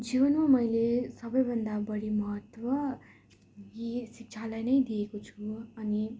जीवनमा मैले सबैभन्दा बडी महत्त्व दिएँ शिक्षालाई नै दिएको छु अनि